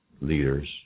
leaders